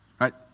right